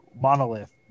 monolith